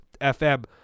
FM